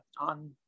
on